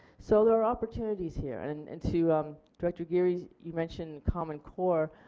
so there are opportunities here and and and to um director geary you mentioned common core,